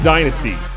Dynasty